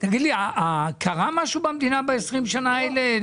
תגיד לי, קרה משהו במדינה ב-20 שנים האלה?